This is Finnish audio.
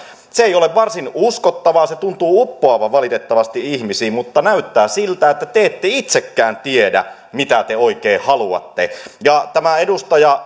se ei ole varsin uskottavaa se tuntuu valitettavasti uppoavan ihmisiin ja näyttää siltä että te ette itsekään tiedä mitä te oikein haluatte tämä edustaja